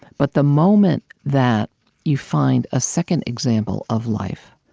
but the moment that you find a second example of life,